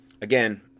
again